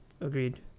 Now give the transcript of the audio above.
Agreed